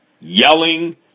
Yelling